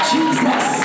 Jesus